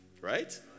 right